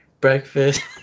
breakfast